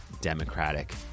Democratic